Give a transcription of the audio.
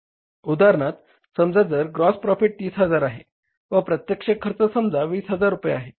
उदाहरणार्थ समजा जर ग्रॉस प्रॉफिट 30000 आहे व अप्रत्यक्ष खर्च समजा 20000 रुपये आहे